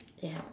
ya